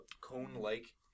cone-like